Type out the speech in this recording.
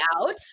out